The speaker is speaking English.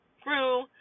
grew